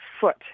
foot